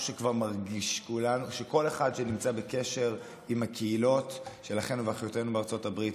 שכל אחד שנמצא בקשר עם הקהילות של אחינו ואחיותינו בארצות הברית,